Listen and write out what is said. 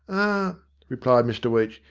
ah replied mr weech,